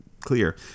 clear